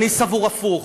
אני סבור הפוך.